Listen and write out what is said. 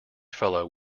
fellow